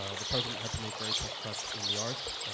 ah the president had to make very tough cuts in the arts,